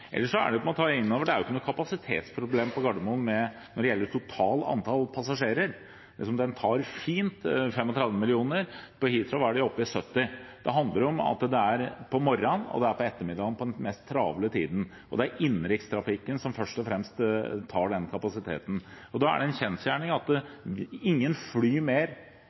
Ellers er det at man tar inn over seg at det ikke er noen kapasitetsproblemer på Gardermoen når det gjelder antall passasjerer totalt. Den tar fint 35 millioner. På Heathrow er de oppe i 70 millioner. Det handler om trafikken om morgenen og på ettermiddagen, på den mest travle tiden, og det er innenrikstrafikken som først og fremst tar den kapasiteten. Det er en kjensgjerning at ingen flyr mer